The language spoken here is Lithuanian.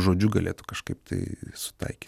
žodžiu galėtų kažkaip tai sutaikyt